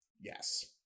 Yes